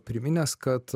priminęs kad